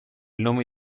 nome